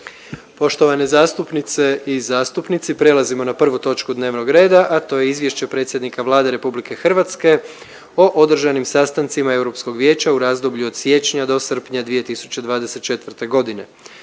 Poštovane zastupnice i zastupnici, prelazimo na prvu točku dnevnog reda, a to je: Izvješće predsjednika Vlade Republike Hrvatske o održanim sastancima Europskog vijeća u razdoblju od siječnja do srpnja 2024.g.